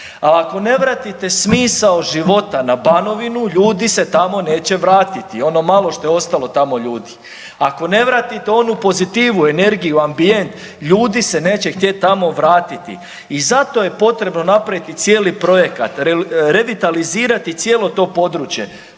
a ako ne vratite smisao života na Banovinu ljudi se tamo neće vratiti. Ono malo što je ostalo tamo ljudi ako ne vratite onu pozitivu, energiju, ambijent ljudi se neće htjeti tamo vratiti. I zato je potrebno napraviti cijeli projekat, revitalizirati cijelo to područje,